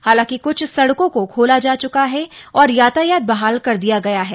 हालांकि कुछ सड़कों को खोला जा चुका है और यातायात बहाल कर दिया गया है